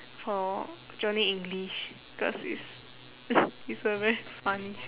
for johnny english because it's f~ it's a very funny show